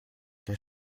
der